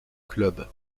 club